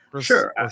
Sure